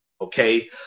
Okay